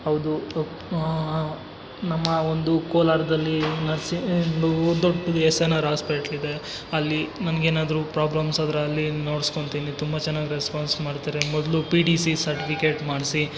ಹೌದು ನಮ್ಮ ಒಂದು ಕೋಲಾರದಲ್ಲೀ ನರ್ಸೀಂಗೂ ದೊಡ್ಡದು ಎಸ್ ಎನ್ ಆರ್ ಆಸ್ಪೆಟ್ಲ್ ಇದೆ ಅಲ್ಲಿ ನನ್ಗೆ ಏನಾದರೂ ಪ್ರಾಬ್ಲಮ್ಸ್ ಆದರೆ ಅಲ್ಲಿ ನೋಡಿಸ್ಕೋತಿನಿ ತುಂಬ ಚೆನ್ನಾಗ್ ರೆಸ್ಪಾನ್ಸ್ ಮಾಡ್ತಾರೆ ಮೊದಲು ಪಿ ಟಿ ಸಿ ಸರ್ಟಿಫಿಕೇಟ್ ಮಾಡಿಸಿ